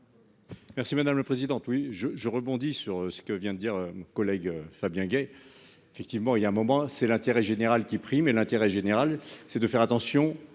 Merci madame la présidente. Oui je, je rebondis sur ce que vient de dire collègues Fabien Gay. Effectivement il y a un moment, c'est l'intérêt général qui prime et l'intérêt général, c'est de faire attention